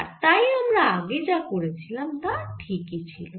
আর তাই আমরা আগে যা করেছিলাম তা ঠিকই ছিল